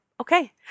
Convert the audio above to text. Okay